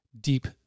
deep